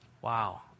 Wow